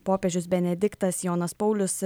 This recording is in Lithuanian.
popiežius benediktas jonas paulius